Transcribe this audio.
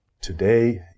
Today